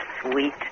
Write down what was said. sweet